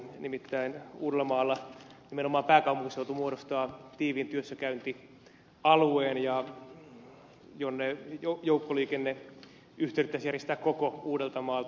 nimittäin uudellamaalla nimenomaan pääkaupunkiseutu muodostaa tiiviin työssäkäyntialueen jonne joukkoliikenneyhteydet pitäisi järjestää koko uudeltamaalta